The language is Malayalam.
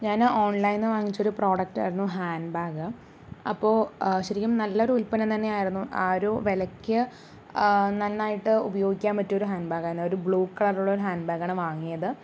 ഞാന് ഓൺലൈനിൽ നിന്നു വാങ്ങിച്ചൊരു പ്രോഡക്റ്റായിരുന്നു ഹാൻഡ് ബാഗ് അപ്പോൾ ശരിക്കും നല്ലൊരു ഉൽപ്പന്നം തന്നെയായിരുന്നു ആ ഒരു വിലയ്ക്ക് നന്നായിട്ട് ഉപയോഗിക്കാൻ പറ്റിയൊരു ഹാൻഡ് ബാഗായിരുന്നു ഒരു ബ്ലൂ കളറുള്ള ഹാൻഡ് ബാഗാണ് വാങ്ങിയത്